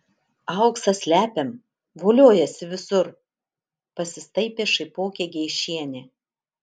auksą slepiam voliojasi visur pasistaipė šaipokė geišienė